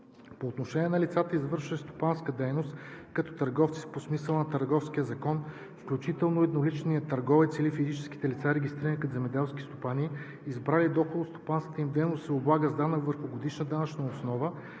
По отношение на лицата, извършващи стопанска дейност като търговци по смисъла на Търговския закон, включително едноличен търговец или физически лица, регистрирани като земеделски стопани, избрали доходът от стопанската им дейност да се облага с данък върху годишната данъчна основа,